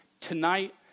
Tonight